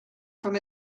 from